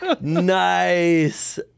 Nice